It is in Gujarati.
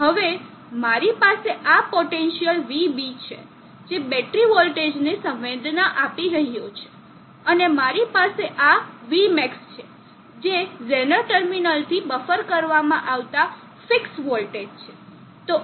હવે મારી પાસે આ પોટેન્સીઅલ vB છે જે બેટરી વોલ્ટેજને સંવેદના આપી રહ્યો છે અને મારી પાસે આ Vmax છે જે ઝેનર ટર્મિનલથી બફર કરવામાં આવતા ફિક્સ વોલ્ટેજ છે